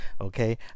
Okay